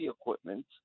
equipment